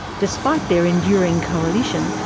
despite their enduring coalition,